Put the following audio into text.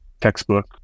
textbook